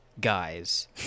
guys